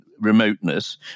remoteness